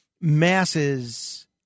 masses